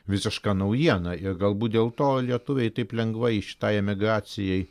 visiška naujiena ir galbūt dėl to lietuviai taip lengvai šitai emigracijai